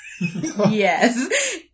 Yes